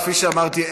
כפי שאמרתי,